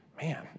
man